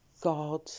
God